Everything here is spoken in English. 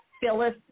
Phyllis